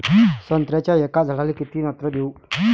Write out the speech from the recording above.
संत्र्याच्या एका झाडाले किती नत्र देऊ?